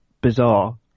bizarre